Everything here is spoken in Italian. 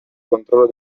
controllo